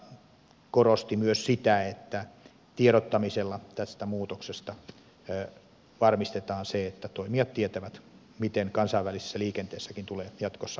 valiokunta korosti myös sitä että tiedottamisella tästä muutoksesta varmistetaan se että toimijat tietävät miten kansainvälisessä liikenteessäkin tulee jatkossa toimia